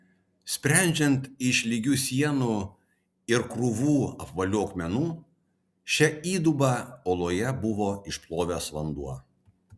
sprendžiant iš lygių sienų ir krūvų apvalių akmenų šią įdubą uoloje buvo išplovęs vanduo